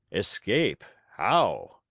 escape! how?